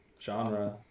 genre